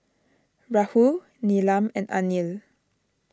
Rahul Neelam and Anil